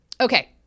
Okay